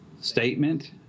statement